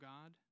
God